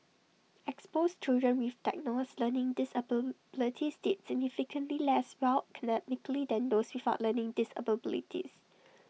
exposed children with diagnosed learning disabilities did significantly less well academically than those without learning disabilities